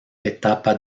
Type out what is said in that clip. etapa